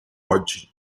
oggi